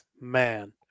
man